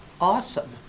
awesome